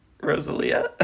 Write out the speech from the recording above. Rosalia